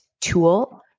tool